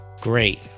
great